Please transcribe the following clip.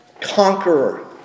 Conqueror